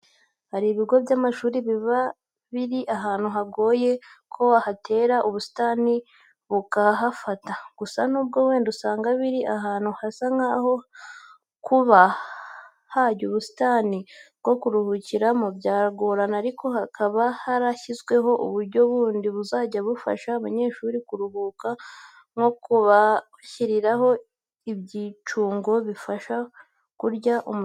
Hari ibigo by'amashuri biba biri ahantu hagoye ko wahatera ubusitani bukahafata. Gusa nubwo wenda usanga biri ahantu hasa nkaho kuba hajya ubusitani bwo kuruhukiramo byagorana ariko haba harashyizweho uburyo bundi buzajya bufasha abanyeshuri kuruhuka nko kubashyiriraho ibyicungo bibafasha kurya umunyenga.